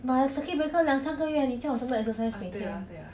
but circuit breaker 两三个月你叫我怎么 exercise